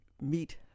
meet